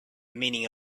meaning